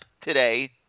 today